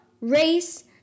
Race